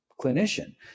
clinician